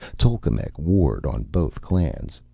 tolkemec warred on both clans.